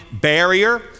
barrier